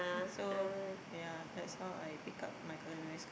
so ya that's how I pick up my culinary skills